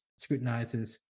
Scrutinizes